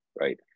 right